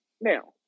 now